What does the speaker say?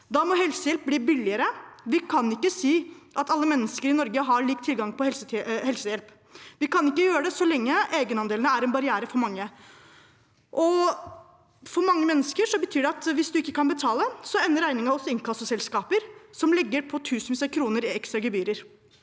Da må helsehjelp bli billigere. Vi kan ikke si at alle mennesker i Norge har lik tilgang på helsehjelp. Vi kan ikke gjøre det så lenge egenandelene er en barriere for mange. For mange mennesker betyr det at hvis man ikke kan betale, ender regningen hos inkassoselskaper som legger på tusenvis av kroner i ekstra gebyrer.